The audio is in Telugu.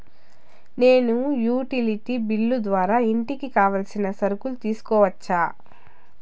నేను యుటిలిటీ బిల్లు ద్వారా ఇంటికి కావాల్సిన సరుకులు తీసుకోవచ్చా?